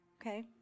Okay